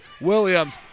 Williams